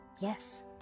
Yes